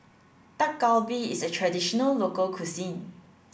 Dak Galbi is a traditional local cuisine